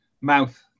mouth